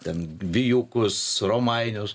ten vijūkus romainius